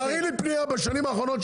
תראי לי פנייה בשנים האחרונות,